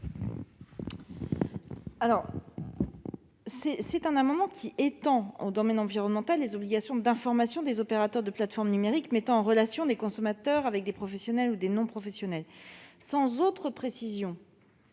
? Cet amendement a pour objet d'étendre au domaine environnemental les obligations d'information des opérateurs de plateformes numériques qui mettent en relation des consommateurs avec des professionnels ou des non-professionnels, sans autre précision.